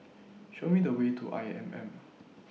Show Me The Way to I M M